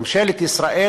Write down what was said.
ממשלת ישראל,